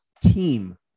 team